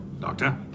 Doctor